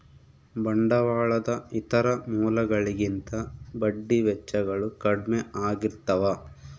ಬಂಡವಾಳದ ಇತರ ಮೂಲಗಳಿಗಿಂತ ಬಡ್ಡಿ ವೆಚ್ಚಗಳು ಕಡ್ಮೆ ಆಗಿರ್ತವ